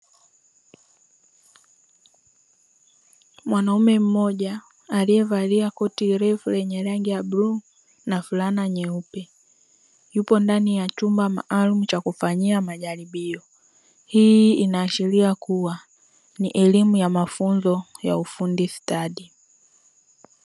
Mwanaume mmoja aliye valia koti refu lenye rangi ya bluu na fulana nyeupe, yupo ndani ya chumba maalum cha kufanyia majaribio. Hii inaashiria kua ni elimu ya mafunzo ya ufundi stadi stadi.